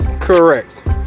Correct